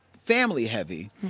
family-heavy